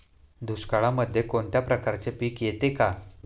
दुष्काळामध्ये कोणत्या प्रकारचे पीक येते का?